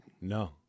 No